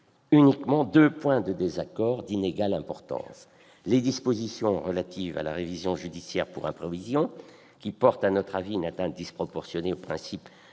uniquement deux points de désaccord, qui sont d'inégale importance. Tout d'abord, les dispositions relatives à la révision judiciaire pour imprévision, qui portent, à notre avis, une atteinte disproportionnée au principe de